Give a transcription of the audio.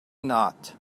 not